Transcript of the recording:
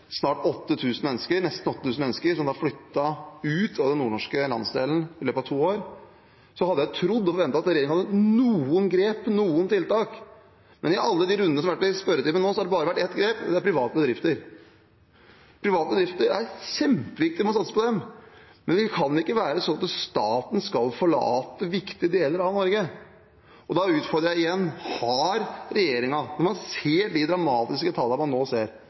nesten 8 000 mennesker som har flyttet ut av den nordnorske landsdelen i løpet av to år, hadde jeg trodd og forventet at regjeringen hadde noen grep, noen tiltak, men i alle de rundene som har vært i spørretimen nå, har det bare vært ett grep, og det er private bedrifter. Private bedrifter er kjempeviktige, vi må satse på dem, men det kan ikke være sånn at staten skal forlate viktige deler av Norge. Da utfordrer jeg igjen: Når man ser de dramatiske tallene man nå ser,